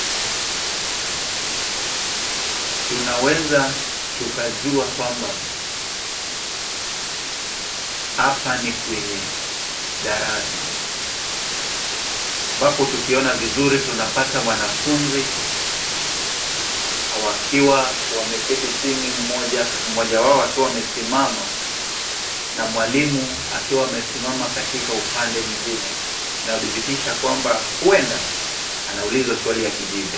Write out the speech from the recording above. Tunaweza tukajua kwamba, hapa ni kwenye darasa. Ambapo tukiona vizuri tunapata mwanafunzi wakiwa wameketi chini. Mmoja mmoja wao akiwa amesimama, na mwalimu akiwa amesimama katika upande mwingine. Inadhibithisha kwamba, huenda anauliza swali akijibu.